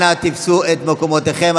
אנא תפסו את מקומותיכם.